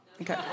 okay